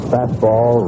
Fastball